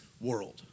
world